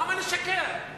למה לשקר?